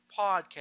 podcast